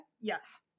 Yes